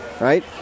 right